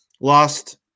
lost